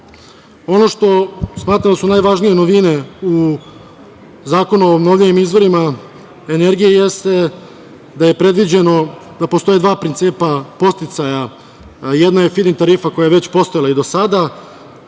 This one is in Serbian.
što smatram da su najvažnije novine u Zakonu o obnovljivim izvorima energije, jeste da je predviđeno da postoje dva principa podsticaja jedna je fid-in tarifa koja je već postojala i do sada,